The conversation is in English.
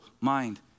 mind